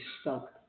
stuck